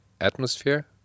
atmosphere